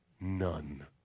none